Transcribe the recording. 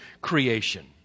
creation